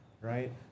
Right